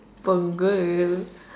punggol